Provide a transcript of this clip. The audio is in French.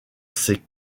ces